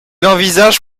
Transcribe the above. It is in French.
envisage